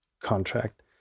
contract